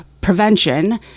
prevention